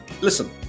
listen